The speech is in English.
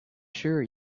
sure